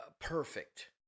perfect